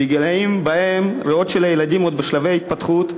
בגילים שבהם הריאות של הילדים עוד בשלבי התפתחות,